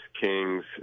Kings